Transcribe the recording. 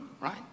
right